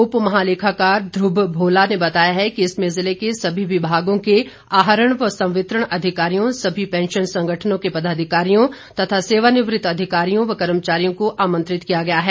उप महालेखाकार ध्र्व भोला ने बताया है कि इसमें जिले के सभी विभागों के आहरण व संवितरण अधिकारियों समस्त पैंशन संगठनों के पदाधिकारियों तथा सेवानिवृत अधिकारियों और कर्मचारियों को आमंत्रित किया गया है